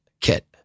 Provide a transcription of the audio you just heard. kit